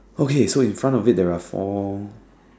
okay so in front of it there are four